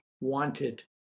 wanted